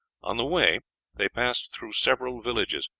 on the way they passed through several villages,